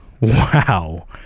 Wow